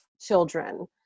children